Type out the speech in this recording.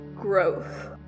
growth